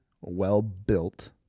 well-built